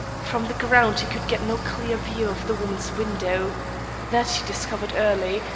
from the ground he could get no clear view of the woman's window that he discovered early,